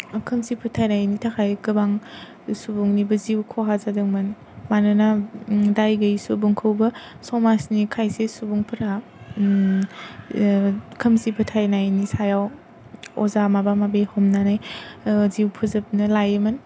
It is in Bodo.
खोमसि फोथायनायनि थाखाय गोबां सुबुंनिबो जिउ खहा जादोंमोन मानोना दाय गैयि सुबुंखौबो समाजनि खायसे सुबुंफोरा खोमसि फोथायनायनि सायाव आजा माबा माबि हमनानै जिउ फोजोबनो लायोमोन